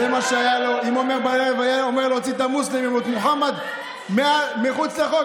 אם עמר בר לב היה אומר להוציא את המוסלמים או את מוחמד מחוץ לחוק,